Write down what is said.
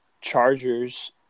Chargers